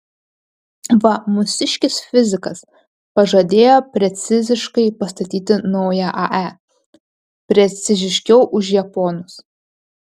va mūsiškis fizikas pažadėjo preciziškai pastatyti naują ae preciziškiau už japonus